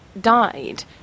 died